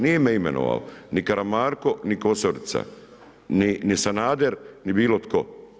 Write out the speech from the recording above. Nije me imenovao ni Karamarko ni Kosorica ni Sanader ni bilo tko.